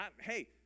Hey